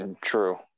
True